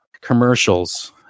commercials